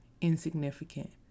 insignificant